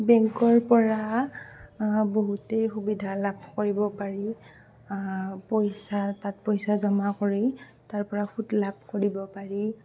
বেংকৰ পৰা বহুতেই সুবিধা লাভ কৰিব পাৰি পইচা তাত পইচা জমা কৰি তাৰপৰা সূত লাভ কৰিব পাৰি